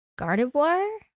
Gardevoir